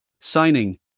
signing